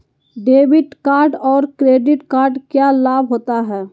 Debit card और credit card क्या लाभ होता है?